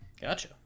Gotcha